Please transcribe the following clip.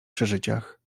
przeżyciach